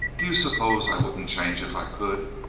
do you suppose i wouldn't change if i could?